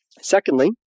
Secondly